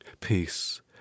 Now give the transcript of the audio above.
Peace